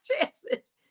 chances